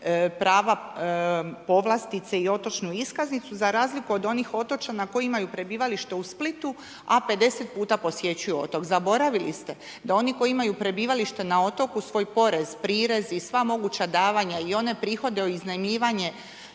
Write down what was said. prava, povlastice i otočnu iskaznicu za razliku od onih otočana koji imaju prebivalište u Splitu, a 50 puta posjećuju otok. Zaboravili ste da oni koji imaju prebivalište na otoku svoj porez, prirez i sva moguća davanja i one prihode o iznajmljivanja